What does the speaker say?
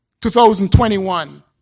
2021